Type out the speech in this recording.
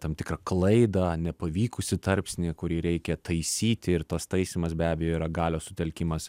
tam tikrą klaidą nepavykusį tarpsnį kurį reikia taisyti ir tas taisymas be abejo yra galios sutelkimas